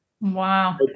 Wow